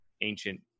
ancient